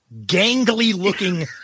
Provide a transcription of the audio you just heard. gangly-looking